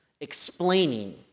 explaining